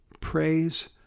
praise